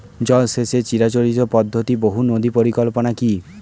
জল সেচের চিরাচরিত পদ্ধতি বহু নদী পরিকল্পনা কি?